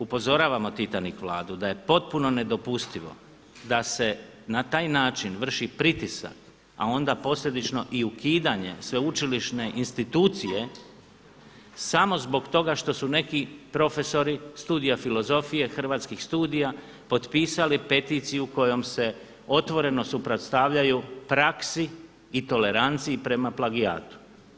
Upozoravamo Titanik Vladu da je potpuno nedopustivo da se na taj način vrši pritisak, a onda posljedično i ukidanje sveučilišne institucije samo zbog toga što su neki profesori studija filozofije, Hrvatskih studija potpisali peticiju kojom se otvoreno suprotstavljaju praksi i toleranciji prema plagijatu.